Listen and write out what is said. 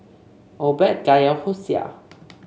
Obed Kaya Hosea